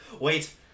Wait